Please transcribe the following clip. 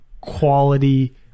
quality